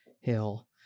Hill